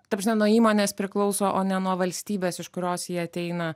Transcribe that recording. ta prasme nuo įmonės priklauso o ne nuo valstybės iš kurios ji ateina